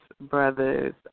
brothers